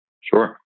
sure